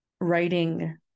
Writing